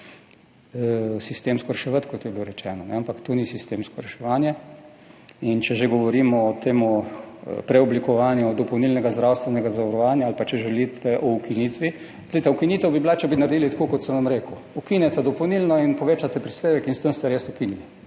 sistemsko reševati, kot je bilo rečeno. Ampak to ni sistemsko reševanje. In če že govorimo o tem preoblikovanju dopolnilnega zdravstvenega zavarovanja ali pa če želite o ukinitvi, glejte, ukinitev bi bila, če bi naredili tako, kot sem vam rekel, ukinete dopolnilno in povečate prispevek in s tem ste res ukinili.